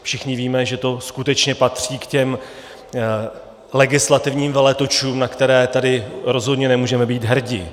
Všichni víme, že to skutečně patří k těm legislativním veletočům, na které tady rozhodně nemůžeme být hrdi.